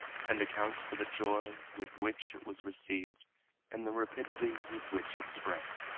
and accounts for the joy with which it was received and the rapidity with which it spread.